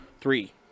Three